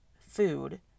food